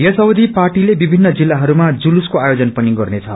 यस अवधि पाटीले विभिन्न जिल्लाहरूमा जुलुसको आयोजन पनि गर्नेछ